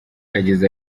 yagize